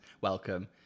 Welcome